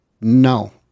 no